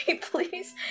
please